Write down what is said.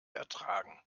ertragen